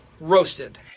Roasted